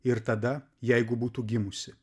ir tada jeigu būtų gimusi